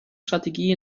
strategie